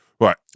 Right